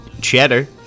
cheddar